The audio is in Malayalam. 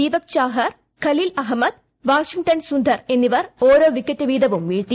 ദീപക് ചാഹർ ഖലീൽ അഹമ്മദ് വാഷിംഗ്ടൺ സുന്ദർ എന്നിവർ ഓരോ വിക്കറ്റ് വീതവും വീഴ്ത്തി